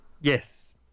Yes